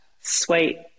sweet